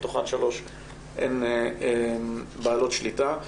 מתוכן שלוש הן בעלות שליטה.